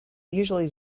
usually